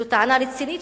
זו טענה רצינית,